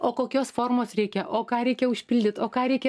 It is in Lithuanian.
o kokios formos reikia o ką reikia užpildyt o ką reikia